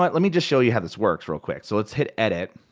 let let me just show you how this works real quick. so let's hit edit.